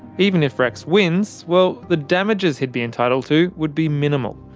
even if rex wins. well, the damages he'd be entitled to would be minimal.